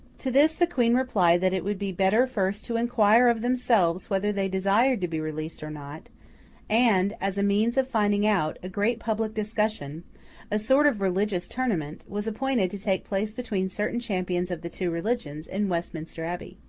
to this, the queen replied that it would be better first to inquire of themselves whether they desired to be released or not and, as a means of finding out, a great public discussion a sort of religious tournament was appointed to take place between certain champions of the two religions, in westminster abbey.